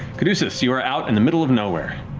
caduceus, you are out in the middle of nowhere,